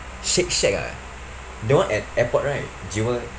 shake shack ah that one at airport right jewel